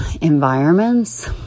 environments